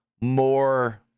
more